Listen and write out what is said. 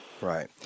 right